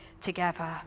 together